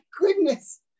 goodness